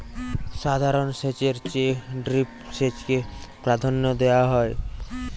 সাধারণ সেচের চেয়ে ড্রিপ সেচকে প্রাধান্য দেওয়া হয়